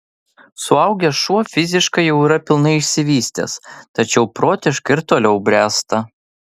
suaugęs šuo fiziškai jau yra pilnai išsivystęs tačiau protiškai ir toliau bręsta